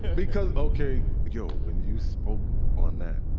because. ok yo, when you spoke on that,